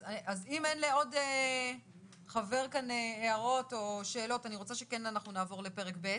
אז אם אין לעוד חבר כאן הערות או שאלות אני רוצה שנעבור לפרק ב',